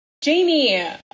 Jamie